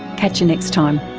catch you next time